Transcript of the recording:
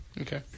Okay